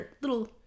little